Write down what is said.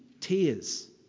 tears